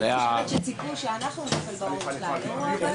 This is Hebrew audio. ליושב-ראש שלנו קודם כל הצלחה, אני